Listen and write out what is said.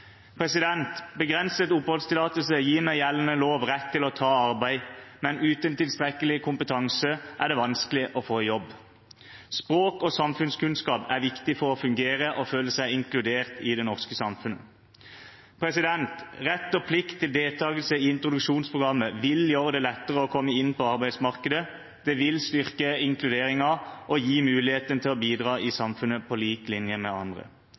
Begrenset oppholdstillatelse gir med gjeldende lov rett til å ta arbeid, men uten tilstrekkelig kompetanse er det vanskelig å få jobb. Språk og samfunnskunnskap er viktig for å fungere og føle seg inkludert i det norske samfunnet. Rett og plikt til deltagelse i introduksjonsprogrammet vil gjøre det lettere å komme inn på arbeidsmarkedet. Det vil styrke inkluderingen og gi muligheten til å bidra i samfunnet på lik linje med andre.